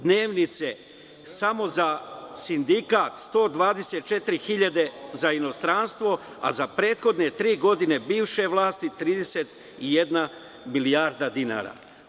Dnevnice, samo za sindikat, 124 hiljade za inostranstvo, a za prethodne tri godine bivše vlasti 31 milijarda dinara.